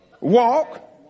Walk